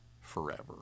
forever